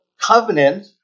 covenant